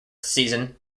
season